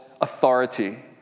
authority